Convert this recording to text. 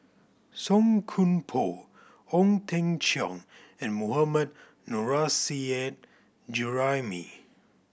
Song Koon Poh Ong Teng Cheong and Mohammad Nurrasyid Juraimi